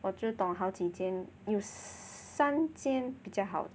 我就懂好几间有三间比较好